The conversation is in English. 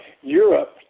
Europe